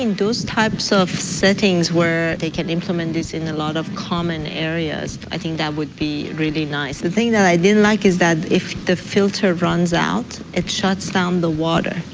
those types of settings, where they can implement this in a lot of common areas, i think that would be really nice. the thing that i didn't like, is that if the filter runs out, it shuts down the water.